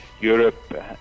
Europe